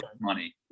money